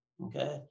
okay